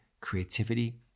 creativity